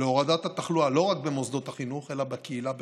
להורדת התחלואה לא רק במוסדות החינוך אלא בקהילה בכלל.